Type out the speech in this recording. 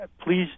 please